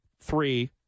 three